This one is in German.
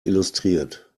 illustriert